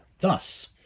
Thus